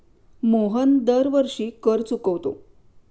मोहन दरवर्षी कर चुकवतो